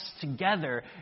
together